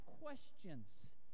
questions